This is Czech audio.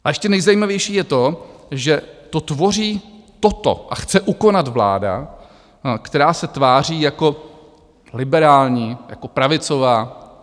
A ještě nejzajímavější je to, že to tvoří, toto, a chce ukonat vláda, která se tváří jako liberální, jako pravicová.